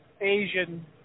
Asian